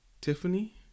Tiffany